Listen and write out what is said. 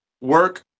work